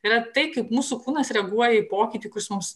yra tai kaip mūsų kūnas reaguoja į pokytį kuris mums